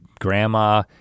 grandma